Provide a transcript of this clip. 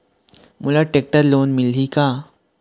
मोला tractor loan मिलही का?